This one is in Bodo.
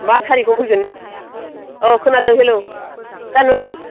मा थारिखआव फैगोन औ खोनादों हेल' जानुवारि